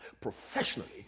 professionally